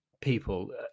people